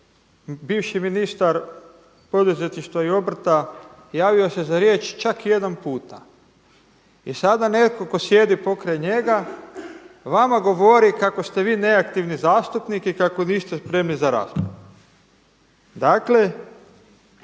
bivši ministar poduzetništva i obrta javio se za riječ čak jedan puta. I sada netko tko sjedi pokraj njega vama govori kako ste vi neaktivni zastupnik i kako niste spremni za raspravu. Dakle,